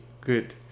good